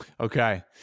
Okay